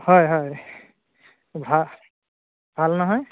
হয় হয় ভা ভাল নহয়